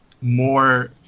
more